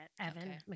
Evan